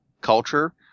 culture